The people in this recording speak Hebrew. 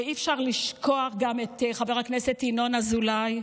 ואי-אפשר לשכוח גם את חבר הכנסת ינון אזולאי.